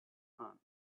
hand